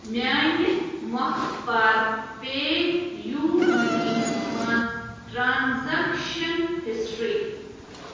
میٛانہِ مۄکھٕ پَر پے یوٗ مٔنی منٛز ٹرٛانزَکشَن ہِسٹِرٛی